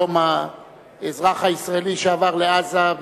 היום האזרח הישראלי שעבר לעזה,